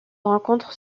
rencontre